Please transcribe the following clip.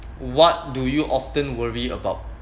what do you often worry about